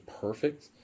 perfect